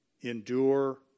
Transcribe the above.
endure